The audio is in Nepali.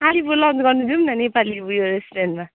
अलिपुर लन्च गर्न जाऊँ न नेपाली उयो रेस्टुरेन्टमा